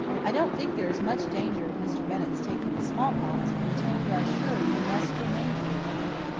i don't think there is much danger of mr. bennett's taking the smallpox, but until we are sure you must remain here, peter.